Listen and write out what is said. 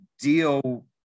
deal